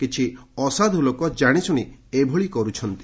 କିଛି ଅସାଧୁ ଲୋକ ଜାଣିଶୁଣି ଏଭଳି କରୁଛନ୍ତି